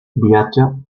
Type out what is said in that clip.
viatja